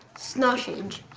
snausage.